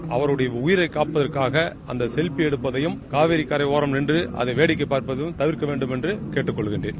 ஒவ்வொருவடைய உயிரை காப்புற்காக இந்த செல்ஃபி எடுப்பதையும் காவிரி கரையோரம் நின்று வேடிக்கை பார்ப்பதையும் தவிர்க்கவேண்டும் என்று கேட்டுக்கொள்கின்றேன்